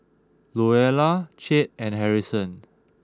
Louella Chet and Harrison